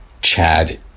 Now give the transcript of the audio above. chad